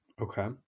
Okay